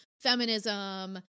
feminism